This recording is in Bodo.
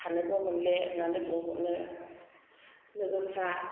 थानोबो मोनले होननानै बुंहदनो लोगोफ्रा